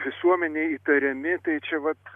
visuomenėj įtariami tai čia vat